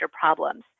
problems